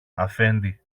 αφέντη